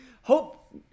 Hope